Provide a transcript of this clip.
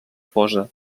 fosa